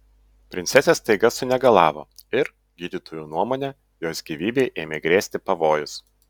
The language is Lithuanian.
princesė staiga sunegalavo ir gydytojų nuomone jos gyvybei ėmė grėsti pavojus